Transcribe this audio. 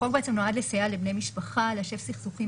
החוק נועד לסייע לבני משפחה ליישב סכסוכים